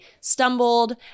stumbled